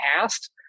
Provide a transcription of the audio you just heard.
past